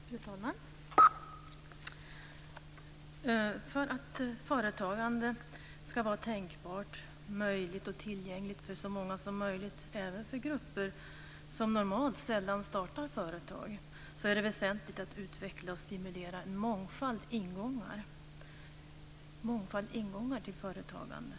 Fru talman! För att företagande ska vara tänkbart, möjligt och tillgängligt för så många som möjligt, även för grupper som normalt sällan startar företag, är det väsentligt att utveckla och stimulera en mångfald ingångar till företagandet.